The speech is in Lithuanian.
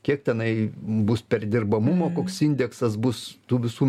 kiek tenai bus perdirbamumo koks indeksas bus tų visų